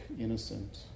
innocent